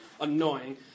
annoying